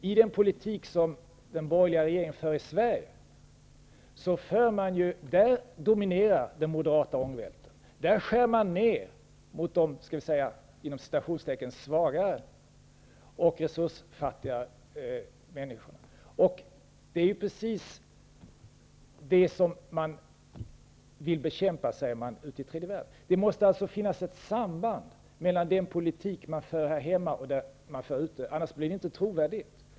I den politik som den borgerliga regeringen för i Sverige dominerar den moderata ångvälten. Där skär man ned för de ''svagare'' och resursfattigare människorna. Det är precis det som man säger sig vilja bekämpa i tredje världen. Det måste finnas ett samband mellan den politik som man för här hemma och den man för där ute -- annars blir det inte trovärdigt.